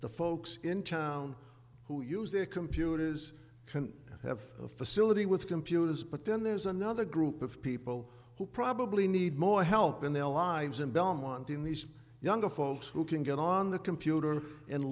the folks in town who use their computers can have a facility with computers but then there's another group of people who probably need more help in their lives in belmont in these younger folks who can get on the computer and